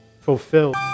fulfilled